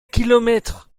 kilomètres